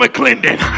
McClendon